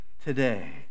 today